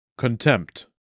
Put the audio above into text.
Contempt